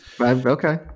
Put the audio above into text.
Okay